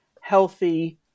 healthy